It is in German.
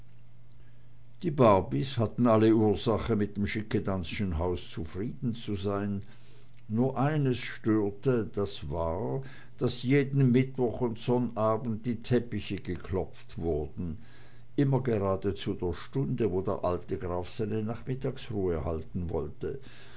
die barbys hatten alle ursache mit dem schickedanzschen hause zufrieden zu sein nur eines störte das war daß jeden mittwoch und sonnabend die teppiche geklopft wurden immer gerade zu der stunde wo der alte graf seine nachmittagsruhe halten wollte